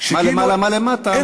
מה למעלה מה למטה,